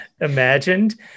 imagined